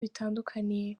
bitandukanye